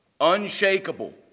unshakable